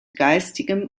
geistigem